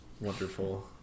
wonderful